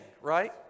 right